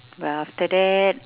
but after that